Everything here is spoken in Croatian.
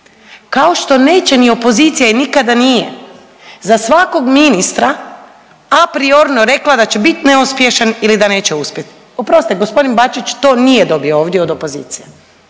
kao što neće ni opozicija i nikada nije za svakog ministra a prirorno rekla da će biti neuspješan ili da neće uspjet. Oprostite, g. Bačić to nije dobio ovdje od opozicije,